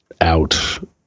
out